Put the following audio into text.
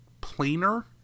planer